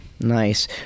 nice